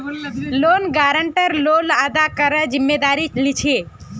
loan guarantor loan अदा करवार जिम्मेदारी लीछे